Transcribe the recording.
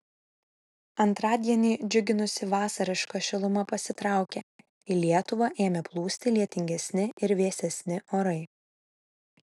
antradienį džiuginusi vasariška šiluma pasitraukė į lietuvą ėmė plūsti lietingesni ir vėsesni orai